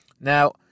Now